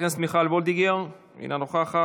חברת הכנסת מיכל וולדיגר, אינה נוכחת.